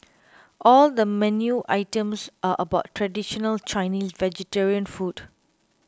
all the menu items are about traditional Chinese vegetarian food